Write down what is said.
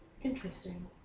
Interesting